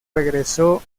regresó